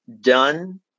done